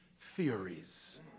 theories